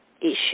issue